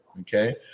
Okay